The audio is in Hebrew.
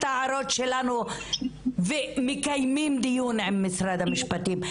ההערות שלנו ומקיימים דיון עם משרד המשפטים.